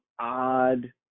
odd